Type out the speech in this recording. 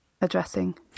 addressing